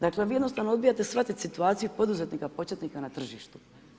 Dakle, vi jednostavno odbijate shvatiti situaciju poduzetnika početnika na tržištu.